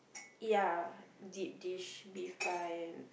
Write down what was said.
ya deep dish beef pie